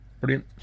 Brilliant